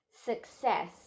success